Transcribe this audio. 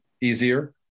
easier